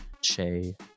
Che